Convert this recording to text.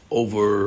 over